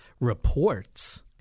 reports